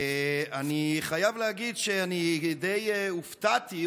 ואני חייב להגיד שאני די הופתעתי,